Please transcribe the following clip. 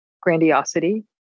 grandiosity